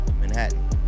Manhattan